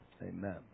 Amen